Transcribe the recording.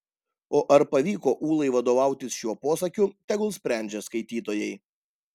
o ar pavyko ūlai vadovautis šiuo posakiu tegul sprendžia skaitytojai